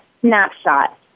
snapshot